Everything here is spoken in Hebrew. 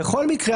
בכל מקרה,